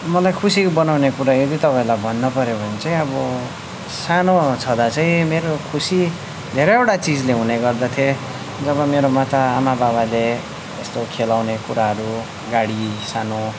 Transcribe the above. मलाई खुसी बनाउने कुरा यदि तपाईँहरूलाई भन्नुपऱ्यो भने चाहिँ अब सानो छँदा चाहिँ मेरो खुसी धेरैवटा चिजले हुने गर्दथे जब मेरोमा त आमा बाबाले यस्तो खेलाउने कुराहरू गाडी सानो